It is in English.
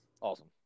Awesome